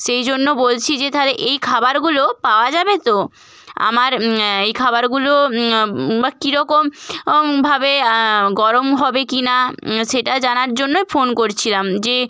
সেই জন্য বলছি যে তাহলে এই খাবারগুলো পাওয়া যাবে তো আমার এই খাবারগুলো বা কীরকমভাবে গরম হবে কি না সেটা জানার জন্য ফোন করছিলাম যে